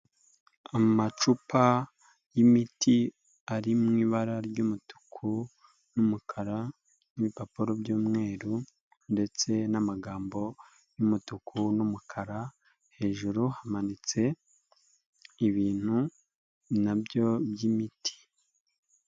Amacupa y'imiti ari mu ibara ry'umutuku n'umukara n'ibipapuro by'umweru ndetse n'amagambo y'umutuku n'umukara, hejuru hamanitse ibintu na byo by'imiti.